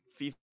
FIFA